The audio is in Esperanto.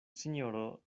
sinjoro